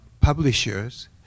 publishers